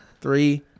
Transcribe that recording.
Three